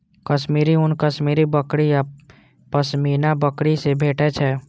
कश्मीरी ऊन कश्मीरी बकरी आ पश्मीना बकरी सं भेटै छै